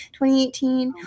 2018